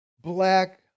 black